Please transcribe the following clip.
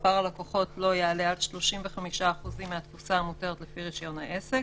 מספר הלקוחות לא יעלה על 35% מהתפוסה המותרת לפי רישיון העסק,